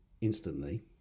instantly